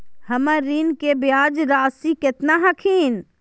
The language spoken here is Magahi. हमर ऋण के ब्याज रासी केतना हखिन?